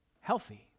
Healthy